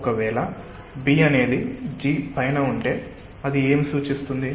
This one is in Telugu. ఒక వేళ B అనేది G పైన ఉంటే అది ఏమి సూచిస్తుంది